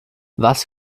was